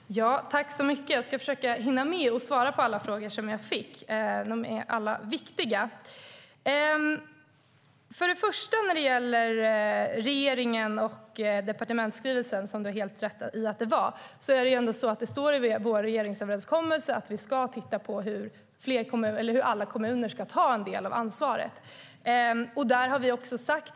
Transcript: Herr talman! Tack så mycket, Johanna Jönsson! Jag ska försöka hinna svara på alla frågor som jag fick. De är alla viktiga. När det gäller regeringen och departementsskrivelsen, som du har helt rätt i att det var, står det i vår regeringsöverenskommelse att vi ska titta på hur alla kommuner ska kunna ta en del av ansvaret.